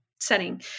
setting